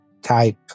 type